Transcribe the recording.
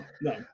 no